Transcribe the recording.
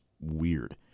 weird